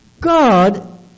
God